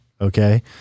Okay